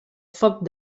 foc